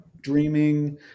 dreaming